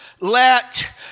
let